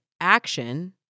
action